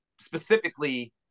specifically